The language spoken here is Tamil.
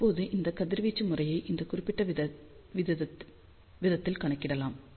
இப்போது இந்த கதிர்வீச்சு முறையை இந்த குறிப்பிட்ட விதத்தில் கணக்கிடலாம்